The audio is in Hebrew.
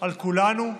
על כולנו,